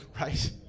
right